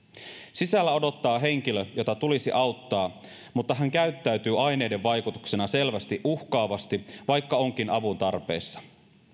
sisällä odottaa henkilö jota tulisi auttaa mutta hän käyttäytyy aineiden vaikutuksesta selvästi uhkaavasti vaikka onkin avun tarpeessa